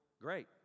Great